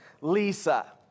Lisa